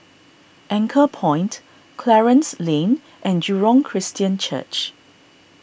Anchorpoint Clarence Lane and Jurong Christian Church